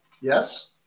Yes